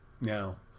Now